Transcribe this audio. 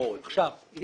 אני